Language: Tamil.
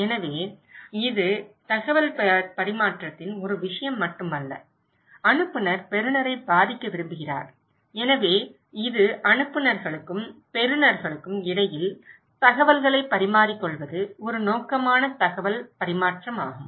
எனவே இது தகவல் பரிமாற்றத்தின் ஒரு விஷயம் மட்டுமல்ல அனுப்புநர் பெறுநரைப் பாதிக்க விரும்புகிறார் எனவே இது அனுப்புநர்களுக்கும் பெறுநர்களுக்கும் இடையில் தகவல்களை பரிமாறிக்கொள்வது ஒரு நோக்கமான தகவல் பரிமாற்றம் ஆகும்